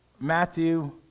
Matthew